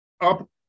up